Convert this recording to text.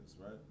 right